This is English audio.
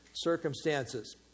circumstances